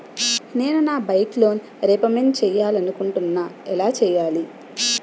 నేను నా bike loan repayment చేయాలనుకుంటున్నా ఎలా చేయాలి?